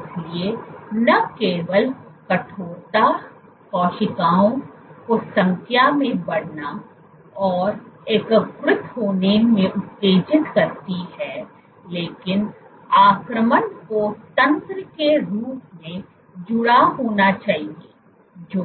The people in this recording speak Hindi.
इसलिए न केवल कठोरता कोशिकाओं को संख्या में बढ़ना और एकीकृत होने में उत्तेजित करती है लेकिन आक्रमण को तंत्र के रूप में जुड़ा होना चाहिए जो